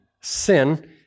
sin